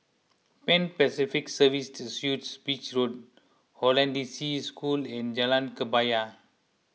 Pan Pacific Serviced Suites Beach Road Hollandse School and Jalan Kebaya